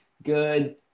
Good